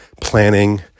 planning